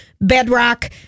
bedrock